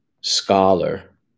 scholar